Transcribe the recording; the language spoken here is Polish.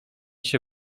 się